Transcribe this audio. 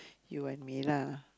you and me lah